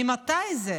ממתי זה?